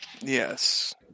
Yes